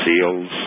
seals